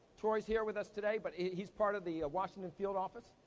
troy's here with us today, but he's part of the washington field office.